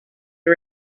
the